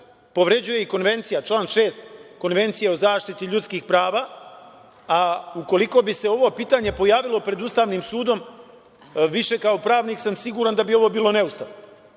povređuje i član 6. Konvencije o zaštiti ljudskih prava, a ukoliko bi se ovo pitanje pojavilo pred Ustavnim sudom, više kao pravnik sam siguran da bi ovo bilo neustavno. Zbog